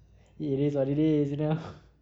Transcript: it is what it is you know